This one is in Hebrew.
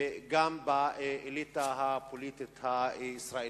וגם באליטה הפוליטית הישראלית.